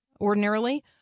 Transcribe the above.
ordinarily